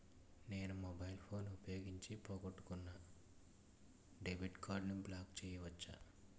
నేను mobile phone ఉపయోగించి పోగొట్టుకున్న డెబిట్ కార్డ్ని బ్లాక్ చేయవచ్చా?